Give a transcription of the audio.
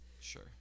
sure